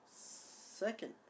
second